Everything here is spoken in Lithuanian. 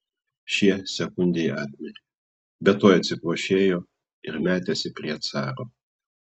šie sekundei apmirė bet tuoj atsikvošėjo ir metėsi prie caro